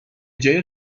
جای